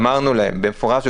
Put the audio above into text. אמרנו להם במפורש,